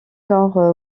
nord